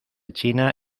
china